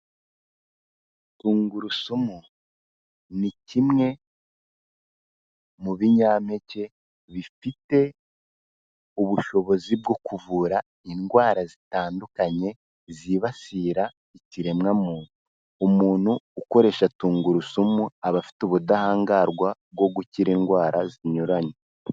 Tungurusumu ni kimwe mu binyampeke bifite ubushobozi bwo kuvura indwara zitandukanye zibasira ikiremwa muntu, umuntu ukoresha tungurusumu aba afite ubudahangarwa bwo gukira indwara zinyuranye.